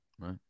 Right